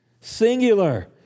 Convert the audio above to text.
singular